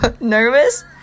nervous